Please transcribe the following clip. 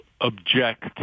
object